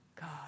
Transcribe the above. God